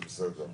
זה בסדר,